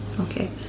okay